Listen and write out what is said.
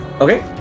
Okay